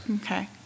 Okay